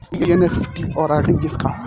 ई एन.ई.एफ.टी और आर.टी.जी.एस का ह?